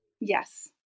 Yes